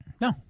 No